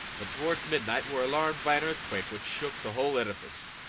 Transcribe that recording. but towards midnight were alarmed by an earthquake which shook the whole edifice.